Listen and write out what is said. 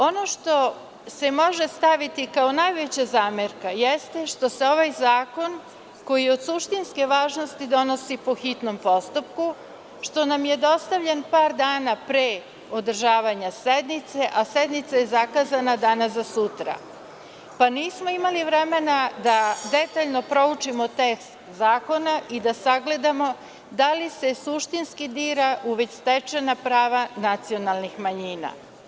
Ono što se može staviti kao najveća zamerka jeste što se ovaj zakon koji je od suštinske važnosti donosi po hitnom postupku, što nam je dostavljen par dana pre održavanja sednice a sednica je zakazana danas za sutra, pa nismo imali vremena da detaljno proučimo tekst zakona i da sagledamo da li se suštinski dira u već stečena prava nacionalnih manjina.